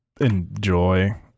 enjoy